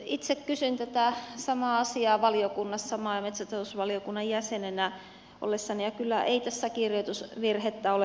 itse kysyin tätä samaa asiaa valiokunnassa maa ja metsätalousvaliokunnan jäsenenä ollessani ja ei tässä kirjoitusvirhettä ole